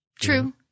True